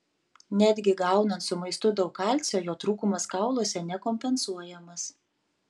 netgi gaunant su maistu daug kalcio jo trūkumas kauluose nekompensuojamas